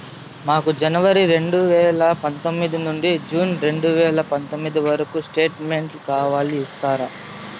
మాకు జనవరి రెండు వేల పందొమ్మిది నుండి జూన్ రెండు వేల పందొమ్మిది వరకు స్టేట్ స్టేట్మెంట్ కావాలి ఇస్తారా